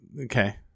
okay